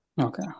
Okay